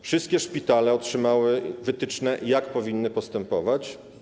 Wszystkie szpitale otrzymały wytyczne, jak powinny postępować.